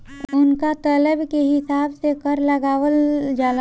उनका तलब के हिसाब से कर लगावल जाला